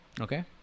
Okay